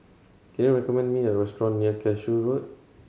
can you recommend me a restaurant near Cashew Road